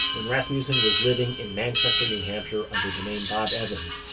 when rasmussen was living in manchester, new hampshire under the name bob evans,